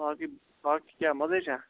باقٕے باقٕے کیاہ مزے چھا